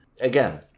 Again